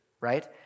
right